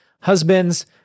husband's